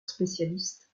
spécialiste